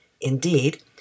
Indeed